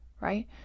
right